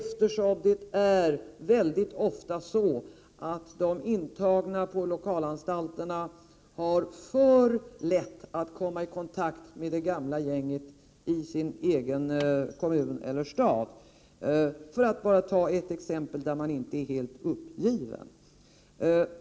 Det är ju väldigt ofta så, att de intagna på lokalanstalterna alltför lätt kommer i kontakt med det gamla gänget i den egna kommunen eller staden — för att bara nämna ett exempel på att man inte är helt uppgiven.